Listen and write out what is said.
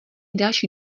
další